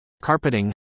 carpeting